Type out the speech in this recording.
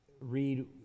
read